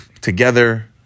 together